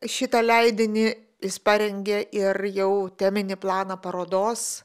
šitą leidinį jis parengė ir jau teminį planą parodos